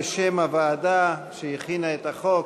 בשם הוועדה שהכינה את החוק,